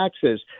taxes